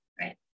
right